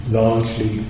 largely